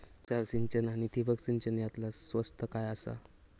तुषार सिंचन आनी ठिबक सिंचन यातला स्वस्त काय आसा?